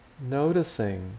noticing